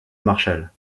marshall